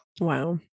wow